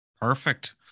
Perfect